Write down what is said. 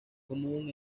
común